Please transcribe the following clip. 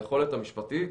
היכולת המשפטית